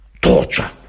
torture